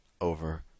over